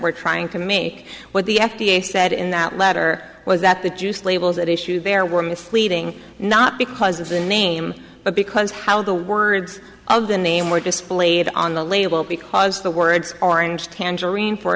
we're trying to me what the f d a said in that letter was that the juice labels at issue there were misleading not because of the name but because how the words of the name were displayed on the label because the words orange tangerine for